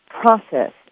process